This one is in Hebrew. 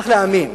צריך להאמין.